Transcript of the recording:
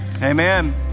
Amen